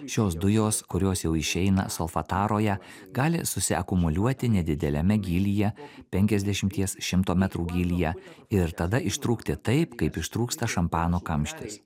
šios dujos kurios jau išeina solfataroje gali susiakumuliuoti nedideliame gylyje penkiasdešimties šimto metrų gylyje ir tada ištrūkti taip kaip ištrūksta šampano kamštis